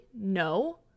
No